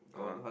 (uh huh)